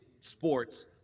sports